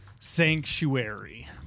sanctuary